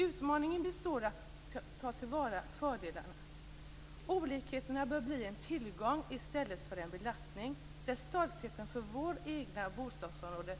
Utmaningen består i att ta tillvara fördelarna. Olikheterna bör bli en tillgång i stället för en belastning, där stoltheten för vårt eget bostadsområde